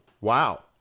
Wow